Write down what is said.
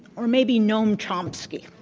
or maybe noam chomsky.